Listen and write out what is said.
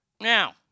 Now